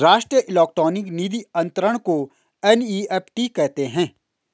राष्ट्रीय इलेक्ट्रॉनिक निधि अनंतरण को एन.ई.एफ.टी कहते हैं